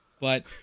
but-